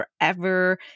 forever